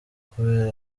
kabera